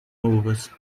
luvas